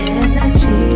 energy